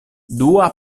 dua